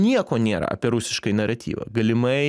nieko nėra apie rusiškąjį naratyvą galimai